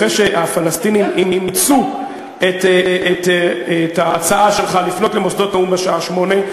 אחרי שהפלסטינים אימצו את ההצעה שלך לפנות למוסדות האו"ם בשעה 20:00,